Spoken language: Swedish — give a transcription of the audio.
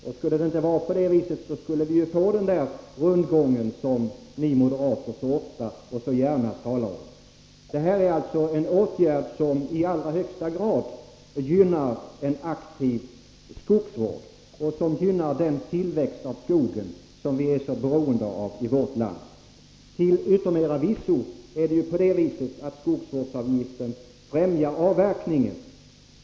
Om det inte vore så, skulle vi ju få den där rundgången som ni moderater så ofta och så gärna talar om. Detta är alltså en åtgärd som i allra högsta grad gynnar en aktiv skogsvård och gynnar den tillväxt av skogen som vi är så beroende av i vårt land. Till yttermera visso främjar skogsvårdsavgiften avverkningen.